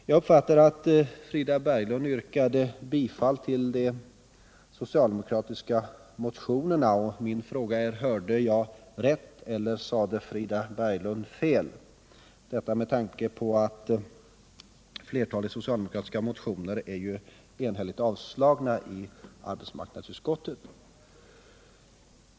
Jag uppfattade att Frida Berglund yrkade bifall till de socialdemokratiska motionerna, och min fråga är: Hörde jag rätt eller sade Frida Berglund fel? Flertalet socialdemokratiska motioner är ju enhälligt avstyrkta i arbetsmarknadsutskottet.